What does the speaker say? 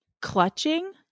clutching